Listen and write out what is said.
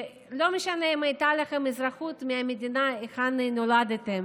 לא משנה אם הייתה לכם אזרחות מהמדינה שבה נולדתם,